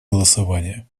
голосование